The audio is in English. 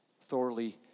thoroughly